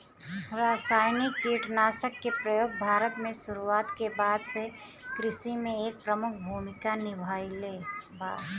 रासायनिक कीटनाशक के प्रयोग भारत में शुरुआत के बाद से कृषि में एक प्रमुख भूमिका निभाइले बा